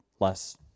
Less